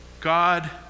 God